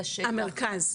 המרכז.